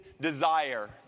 desire